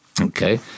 Okay